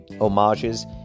homages